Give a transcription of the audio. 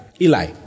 Eli